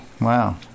wow